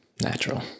Natural